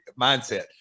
mindset